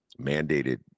mandated